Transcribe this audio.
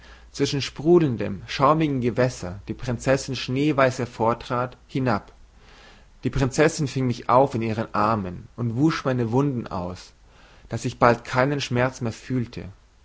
zwischen sprudelndem schaumigen gewässer die prinzessin schneeweiß hervortrat hinab die prinzessin fing mich auf in ihren armen und wusch meine wunden aus daß ich bald keinen schmerz mehr fühlte